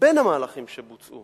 בין המהלכים שבוצעו